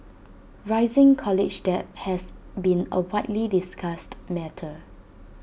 rising college debt has been A widely discussed matter